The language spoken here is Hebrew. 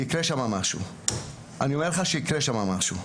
אני אומר לך שיקרה שם משהו.